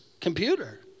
computer